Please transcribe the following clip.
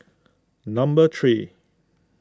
number three